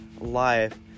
life